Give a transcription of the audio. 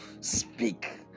speak